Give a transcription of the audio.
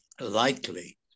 likely